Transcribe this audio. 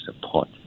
support